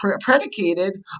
predicated